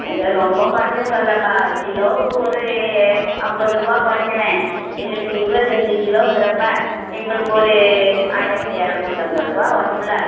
அய்யோ ரொம்ப குறைக்க சொல்லலைப்பா கிலோவுக்கு ஒரு ஐம்பது ரூவா குறைங்களேன் எங்களுக்கு இருபத்தஞ்சி கிலோங்கிறப்போ எங்களுக்கு ஒரு ஆயிரத்தி இரநூத்தம்பது ரூவா வருமுல்லை